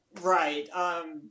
Right